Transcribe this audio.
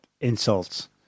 insults